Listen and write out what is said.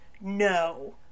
no